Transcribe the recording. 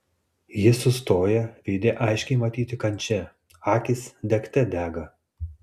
jis sustoja veide aiškiai matyti kančia akys degte dega